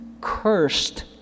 cursed